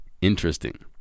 interesting